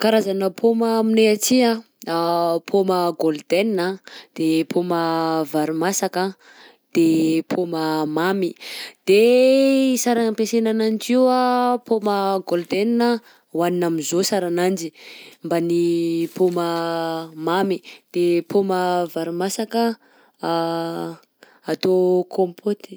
Karazagna paoma aminay aty anh paoma golden anh de paoma vary masaka anh de paoma mamy. _x000D_ De sara ampiasaina ananjy io anh paoma golden a hohanina am'zao sara ananjy mban'ny paoma mamy, paoma vary masaka atao compote.